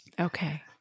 Okay